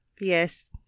Yes